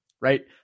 right